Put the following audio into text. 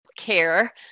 CARE